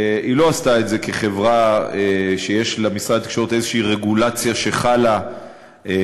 היא לא עשתה את זה כחברה שיש למשרד התקשורת איזו רגולציה שחלה עליה,